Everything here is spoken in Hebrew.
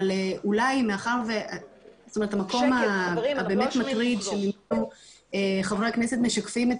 אבל אולי מאחר שהמקום הבאמת מטריד שממנו חברי הכנסת משקפים את